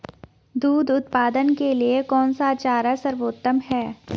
दूध उत्पादन के लिए कौन सा चारा सर्वोत्तम है?